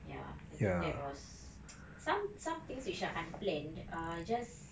ya I think that was some some things which are unplanned are just